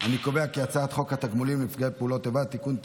להעביר את הצעת חוק התגמולים לנפגעי פעולות איבה (תיקון,